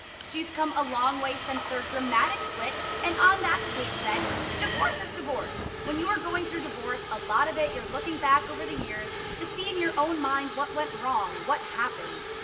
she's come a long way since their dramatic split and on that kate said divorce is divorce, when you are going through divorce, a lot of it you're looking back over the years to see in your own mind what went wrong, what happened.